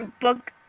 book